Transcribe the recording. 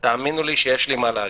תאמינו לי שיש לי מה להגיד.